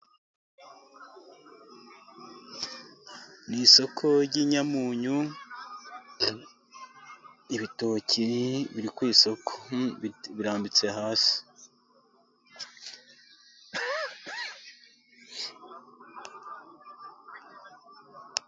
Ni isoko ry'inyamunyu. Ibitoki biri ku isoko birambitse hasi.